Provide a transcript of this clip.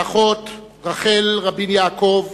האחות רחל רבין-יעקב